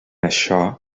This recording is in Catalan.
això